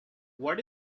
what